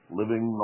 living